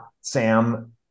Sam